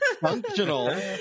Functional